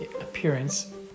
appearance